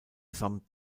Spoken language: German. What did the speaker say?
samt